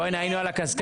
בוא הנה, היינו על הקשקש.